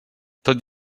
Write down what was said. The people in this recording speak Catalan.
tot